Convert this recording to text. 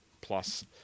plus